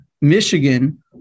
Michigan